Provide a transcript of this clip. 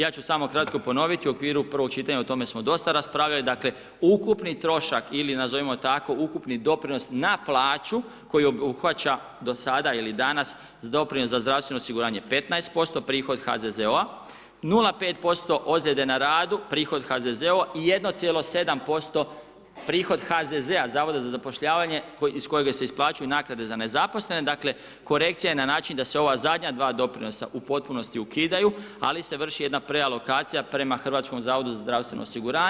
Ja ću samo kratko ponoviti, u okviru prvog čitanja o tome smo dosta raspravljali, dakle, ukupni trošak ili nazovimo ga tako ukupni doprinos na plaću, koja obuhvaća do sada, ili danas, doprinos za zdravstveno osiguranje 15%, prihod HZZO-a, 0,5% ozljede na radu, prihod HZZO-a i 1,7% prihod HZZ-a, Zavoda za zapošljavanje, iz kojega se isplaćuju naknade za nezaposlene, dakle, korekcija je na način da se ova zadnja 2 doprinosa u potpunosti ukidaju ali se vrši jedna prealokacija prema Hrvatskom zavodu za zdravstveno osiguranje.